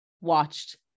watched